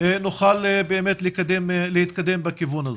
נוכל להתקדם בכיוון הזה.